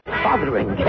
bothering